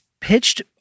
pitched